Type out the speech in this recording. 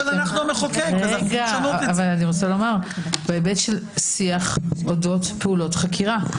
14 בהיבט של שיח אודות פעולות חקירה.